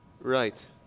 Right